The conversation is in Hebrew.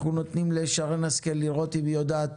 אנחנו נותנים לשרן השכל לראות אם היא יודעת